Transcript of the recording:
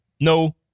No